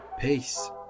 Peace